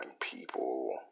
people